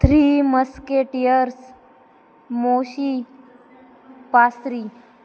three musketeers मोशी पास्री